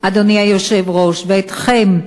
אדוני היושב-ראש, ואתכם,